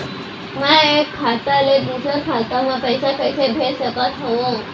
मैं एक खाता ले दूसर खाता मा पइसा कइसे भेज सकत हओं?